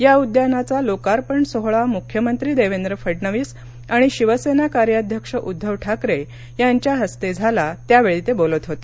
या उद्यानाचा लोकार्पण सोहळा मुख्यमंत्री देवेंद्र फडणवीस आणि शिवसेना कार्यध्यक्ष उध्दव ठाकरे यांच्या हस्ते झाला त्यावेळी ते बोलत होते